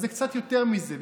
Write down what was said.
אז זה קצת יותר מזה.